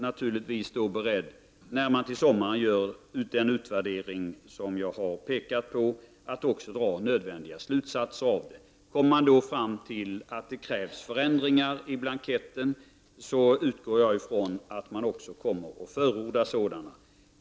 När man till sommaren gör den utvärdering som jag har påtalat skall nödvändiga slutsatser dras. Kommer man då fram till att det krävs förändringar av blankettens utformning, utgår jag från att man kommer att förorda sådana.